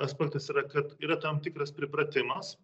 aspektas yra kad yra tam tikras pripratimas